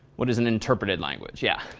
what is an interpreted language? yeah?